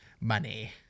Money